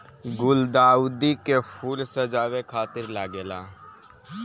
गुलदाउदी के फूल सजावे खातिर लागेला